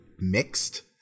mixed